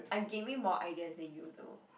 I giving more ideas than you though